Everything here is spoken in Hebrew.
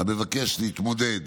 המבקש להתמודד